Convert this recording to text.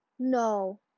No